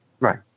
Right